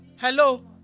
Hello